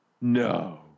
No